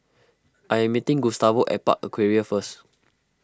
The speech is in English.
I am meeting Gustavo at Park Aquaria first